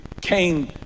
came